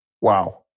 Wow